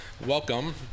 Welcome